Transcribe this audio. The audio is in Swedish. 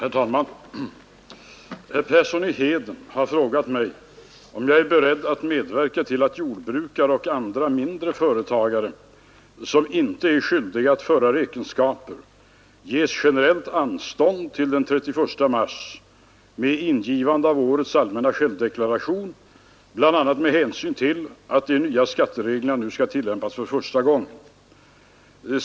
Herr talman! Herr Persson i Heden har frågat mig om jag är beredd att medverka till att jordbrukare och andra mindre företagare, som inte är skyldiga att föra räkenskaper, ges generellt anstånd till den 31 mars med ingivandet av årets allmänna självdeklaration bl.a. med hänsyn till att de nya skattereglerna nu skall tillämpas för första gången.